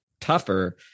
tougher